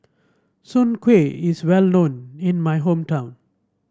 Soon Kueh is well known in my hometown